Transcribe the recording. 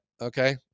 Okay